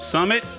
Summit